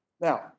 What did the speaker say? Now